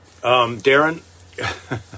Darren